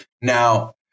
Now